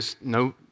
no